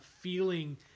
feeling